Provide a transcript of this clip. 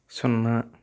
సున్నా